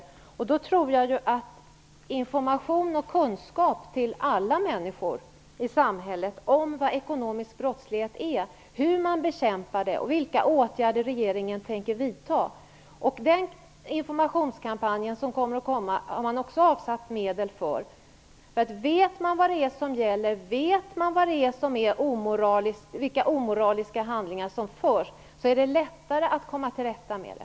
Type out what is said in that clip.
Jag tror att det är viktigt att föra ut information och kunskap till alla människor i samhället om vad ekonomisk brottslighet är, om hur den bekämpas och om vilka åtgärder regeringen tänker vidta. Man har också avsatt medel för den kommande informationskampanjen. Om man vet vad som gäller och vet vilka omoraliska handlingar som förekommer är det lättare att komma till rätta med dem.